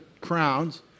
crowns